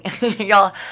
y'all